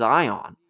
Zion